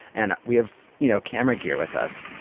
and we have you know camera gear with us,